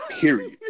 Period